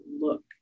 look